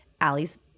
Allie's